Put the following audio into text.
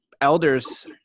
elders